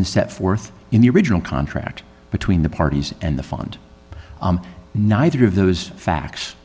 been set forth in the original contract between the parties and the fund neither of those facts